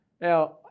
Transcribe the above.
Now